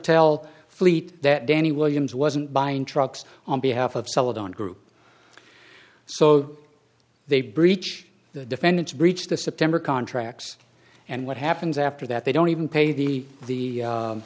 tell fleet that danny williams wasn't buying trucks on behalf of celadon group so they breach the defendants breached the september contracts and what happens after that they don't even pay the the